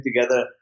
together